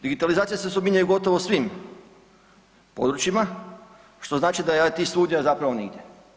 Digitalizacija se spominje gotovo u svim područjima, što znači da j IT studija zapravo nigdje.